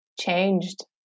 changed